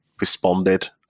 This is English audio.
responded